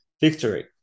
Victory